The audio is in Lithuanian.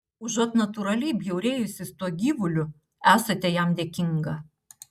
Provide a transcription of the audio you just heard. užuot natūraliai bjaurėjusis tuo gyvuliu esate jam dėkinga